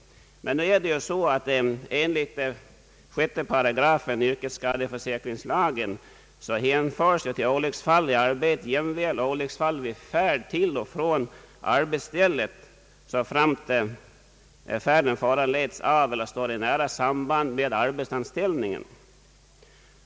Enligt 6 § yrkesskadeförsäkringslagen hänförs till olycksfall i arbetet jämväl olycksfall vid färd till och från arbetsstället, såframt färden föranleds av eller står i nära samband med arbetsanställningen.